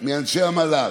מאנשי המל"ל,